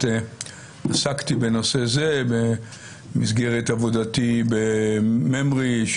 עסקתי בנושא זה במסגרת עבודתי בממר"י,